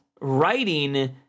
writing